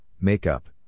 makeup